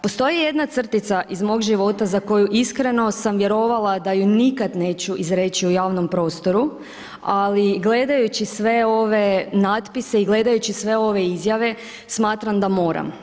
Postoji jedna crtica iz mog života, za koju iskreno sam vjerovala da ju nikad neću izreći u javnom prostoru, ali, gledajući sve ove natpise i gledajući sve ove izjave, smatram da moram.